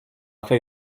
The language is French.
fait